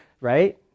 right